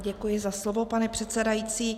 Děkuji za slovo, pane předsedající.